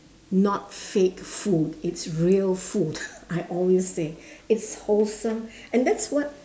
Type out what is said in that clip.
not fake food it's real food I always say it's wholesome and that's what